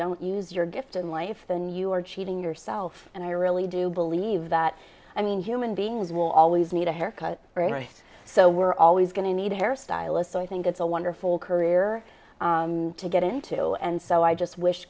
don't use your gift in life then you are cheating yourself and i really do believe that i mean human beings will always need a haircut right so we're always going to need a hair stylist i think it's a wonderful career to get into and so i just wish